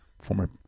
former